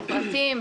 מפרטים,